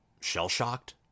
shell-shocked